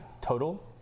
Total